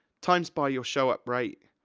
times by your show up rate,